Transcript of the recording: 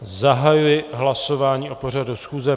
Zahajuji hlasování o pořadu schůze.